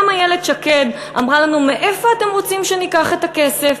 גם איילת שקד אמרה לנו: מאיפה אתם רוצים שניקח את הכסף?